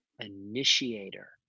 initiator